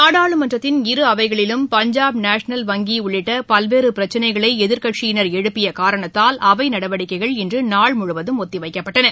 நாடாளுமன்றத்தின் இரு அவைகளிலும் பஞ்சாப் நேஷனல் வங்கி உள்ளிட்ட பல்வேறு பிரச்சனைகளை எதிர்க் கட்சியினர் எழுப்பிய காரணத்தால் அவை நடவடிக்கைகள் இன்று நாள் முழுவதும் ஒத்திவைக்கப்பட்டன